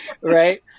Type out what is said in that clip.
right